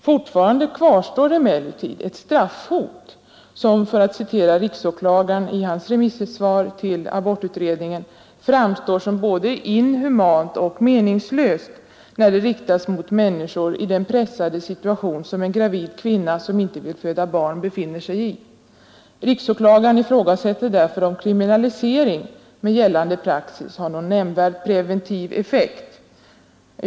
Fortfarande kvarstår emellertid ett straffhot som, för att citera riksåklagaren i hans remissvar till abortutredningen, framstår som inhumant och meningslöst när det riktas mot människor i den pressade situation som en gravid kvinna som inte vill föda barn befinner sig i. Riksåklagaren ifrågasätter därför om kriminalisering med gällande praxis har någon nämnvärd preventiv effekt.